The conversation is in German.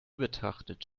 betrachtet